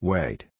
Wait